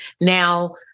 now